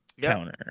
counter